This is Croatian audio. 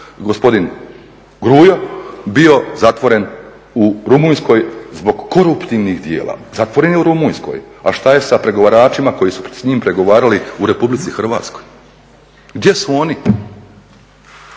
gospodin …, bio zatvoren u Rumunjskoj zbog koruptivnih djela, zatvoren je u Rumunjskoj. A što je sa pregovaračima koji su s njim pregovarali u RH? Gdje su oni?